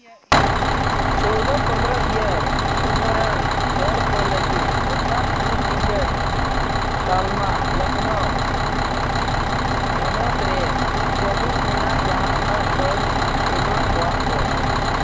ᱪᱳᱣᱫᱚ ᱯᱚᱸᱫᱽᱨᱚ ᱤᱭᱟᱨ ᱩᱢᱮᱨᱟᱱ ᱦᱚᱲ ᱠᱚ ᱞᱟᱹᱜᱤᱫ ᱚᱠᱟ ᱯᱷᱨᱤ ᱴᱤᱠᱤᱴ ᱛᱟᱞᱢᱟ ᱞᱚᱠᱷᱱᱳ ᱦᱚᱱᱚᱛ ᱨᱮ ᱪᱟᱹᱞᱩ ᱢᱮᱱᱟᱜ ᱡᱟᱦᱟᱸ ᱯᱷᱟᱥ ᱰᱳᱡᱽ ᱮᱢᱟ ᱠᱚᱣᱟ ᱠᱚ